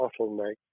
bottleneck